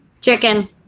Chicken